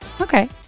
Okay